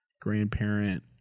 grandparent